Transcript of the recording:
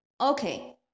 okay